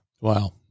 Wow